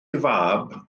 fab